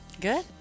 Good